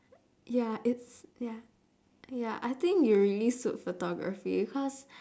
ya it's ya ya I think you really suit photography cause